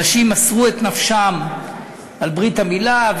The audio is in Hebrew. אנשים מסרו את נפשם על ברית המילה.